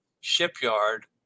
shipyard